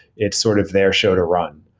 it's sort of their show to run.